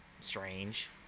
strange